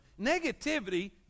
Negativity